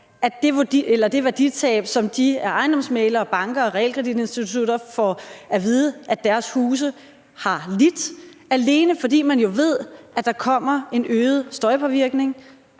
det værditab, som de af ejendomsmæglere, banker og realkreditinstitutter får at vide at deres huse har lidt, alene fordi man jo ved, at der kommer en øget støjpåvirkning,